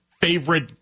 favorite